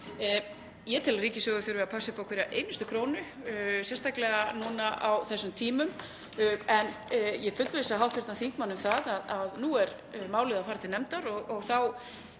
Ég tel að ríkissjóður þurfi að passa upp á hverja einustu krónu, sérstaklega núna á þessum tímum. En ég fullvissa hv. þingmann um að nú er málið að fara til nefndar og þá